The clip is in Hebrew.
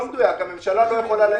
הממשלה לא יכולה לתמוך.